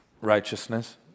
righteousness